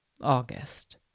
August